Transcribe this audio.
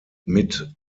mit